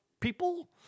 people